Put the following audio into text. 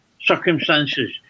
circumstances